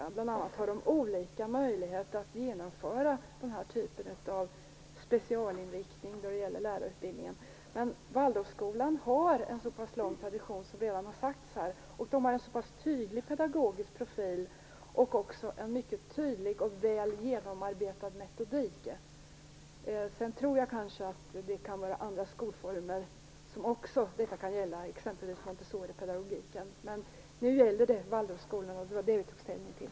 De har bl.a. olika möjligheter att genomföra den här typen av specialinriktning när det gäller lärarutbildningen. Men Waldorfskolan har en lång tradition, som redan har sagts här, en tydlig pedagogisk profil och en mycket tydlig och väl genomarbetad metodik. Detta kan också gälla andra skolformer, exempelvis Montessoripedagogiken. Men nu gällde det Waldorfskolorna, och det var det vi tog ställning till.